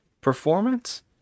performance